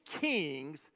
kings